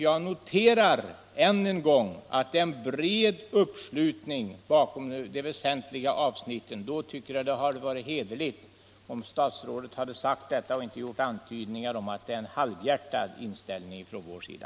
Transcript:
Jag noterar än en gång att det är en bred uppslutning bakom de väsentliga avsnitten i betänkandet och att det hade varit hederligt om statsrådet låtit bli att antyda att det skulle röra sig om en halvhjärtad inställning från vår sida.